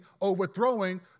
overthrowing